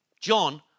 John